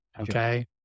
okay